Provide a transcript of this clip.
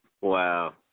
Wow